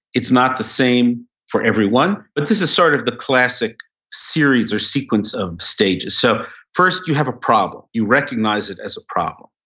it's not the same for everyone. but this is sort of the classic series or sequence of stages. so first you have a problem, you recognize it as a problem.